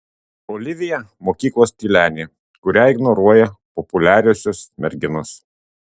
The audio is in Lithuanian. olivija mokyklos tylenė kurią ignoruoja populiariosios merginos